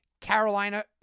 Carolina